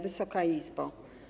Wysoka Izbo!